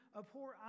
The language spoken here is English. abhor